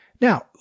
Now